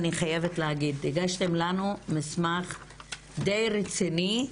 אני חייבת להגיד, הגשתם לנו מסמך די רציני,